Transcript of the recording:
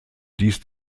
dies